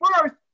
first